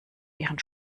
ihren